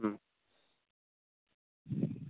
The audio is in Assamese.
ও